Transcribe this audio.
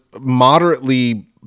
moderately